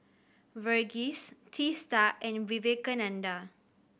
Verghese Teesta and Vivekananda